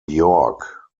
york